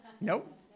Nope